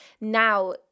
now